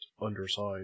underside